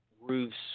roofs